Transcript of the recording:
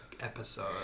episode